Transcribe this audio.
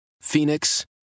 Phoenix